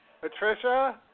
Patricia